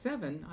Seven